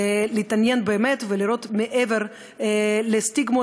להתעניין באמת ולראות מעבר לסטיגמות,